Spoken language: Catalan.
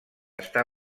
està